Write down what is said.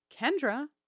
Kendra